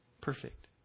perfect